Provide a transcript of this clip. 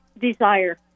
desire